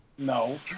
No